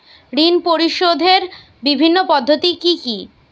ঋণ পরিশোধের বিভিন্ন পদ্ধতি কি কি?